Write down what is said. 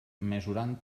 mesurant